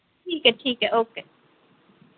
ठीक ऐ ठीक ऐ ओके